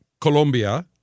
Colombia